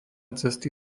cesty